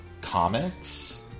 comics